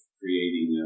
creating